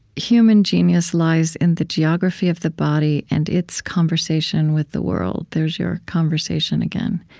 human genius lies in the geography of the body and its conversation with the world. there's your conversation again.